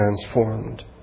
transformed